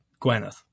gwyneth